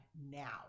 now